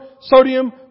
sodium